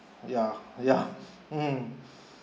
ya ya mmhmm